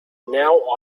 now